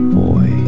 boy